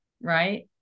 right